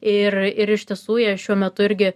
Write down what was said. irir iš tiesų jie šiuo metu irgi